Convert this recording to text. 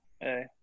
Hey